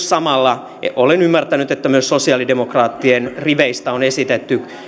samalla olen ymmärtänyt että myös sosiaalidemokraattien riveistä on esitetty